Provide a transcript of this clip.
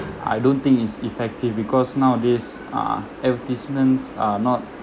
I don't think it's effective because nowadays ah advertisements are not